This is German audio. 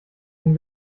tun